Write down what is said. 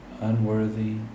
unworthy